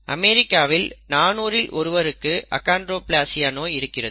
அமெரிக்காவில் 400 இல் ஒருவருக்கு அகான்டிரோப்லேசியா நோய் இருக்கிறது